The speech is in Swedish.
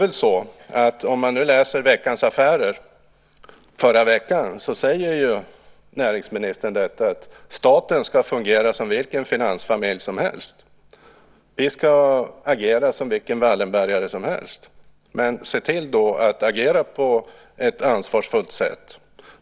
I Veckans Affärer förra veckan sade näringsministern att staten ska fungera som vilken finansfamilj som helst och ska agera som vilken Wallenbergare som helst. Men se då till att agera på ett ansvarsfullt sätt!